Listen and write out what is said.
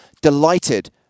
Delighted